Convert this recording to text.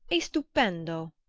e stupendo!